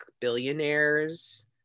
billionaires